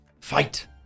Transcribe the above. fight